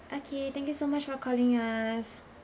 okay thank you so much for calling us